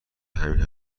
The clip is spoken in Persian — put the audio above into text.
همین